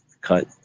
cut